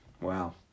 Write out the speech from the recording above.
wow